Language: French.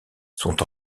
sont